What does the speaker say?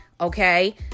okay